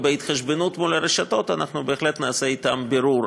ובהתחשבנות מול הרשתות אנחנו בהחלט נעשה אתן בירור.